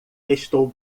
estou